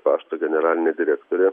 pašto generalinė direktorė